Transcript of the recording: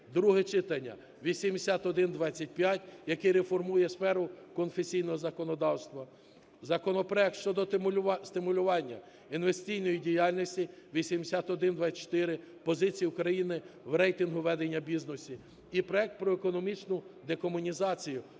(друге читання) 8125, який реформує сферу концесійного законодавства; законопроект щодо стимулювання інвестиційної діяльності (8124), позиція України в рейтингу ведення бізнесу і проект про економічну декомунізацію